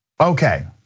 Okay